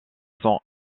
sont